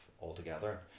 altogether